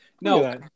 No